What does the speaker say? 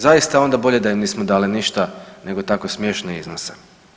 Zaista onda bolje da im nismo dali ništa, nego tako smiješne iznose.